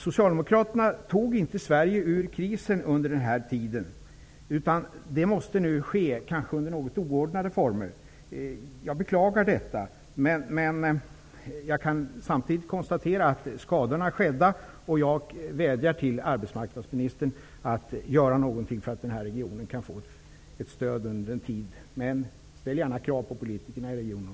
Socialdemokraterna tog inte Sverige ur krisen under den här tiden. Det måste nu ske -- kanske under något oordnade former. Jag beklagar detta. Men jag kan samtidigt konstatera att skadan är skedd. Jag vädjar till arbetsmarknadsministern att göra något för att den här regionen skall få stöd under en period. Ställ gärna krav på politikerna i regionen.